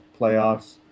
playoffs